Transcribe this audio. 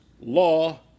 law